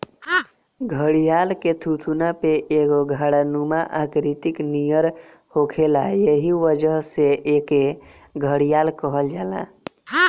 घड़ियाल के थुथुना पे एगो घड़ानुमा आकृति नियर होखेला एही वजह से एके घड़ियाल कहल जाला